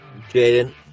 Jaden